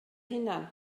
hunan